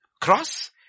cross